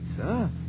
sir